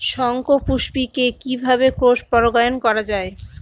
শঙ্খপুষ্পী কে কিভাবে ক্রস পরাগায়ন করা যায়?